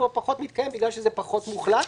פה פחות מתקיים בגלל שזה פחות מוחלט,